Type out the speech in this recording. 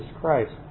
Christ